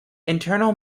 internal